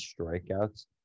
strikeouts